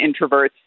introverts